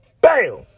bam